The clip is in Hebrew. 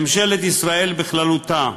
ממשלת ישראל בכללותה,